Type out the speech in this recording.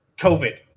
COVID